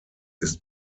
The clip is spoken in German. ist